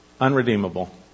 unredeemable